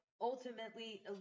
ultimately